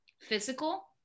physical